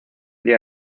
día